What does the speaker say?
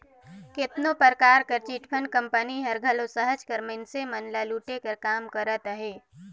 केतनो परकार कर चिटफंड कंपनी हर घलो सहज कर मइनसे मन ल लूटे कर काम करत अहे